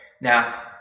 Now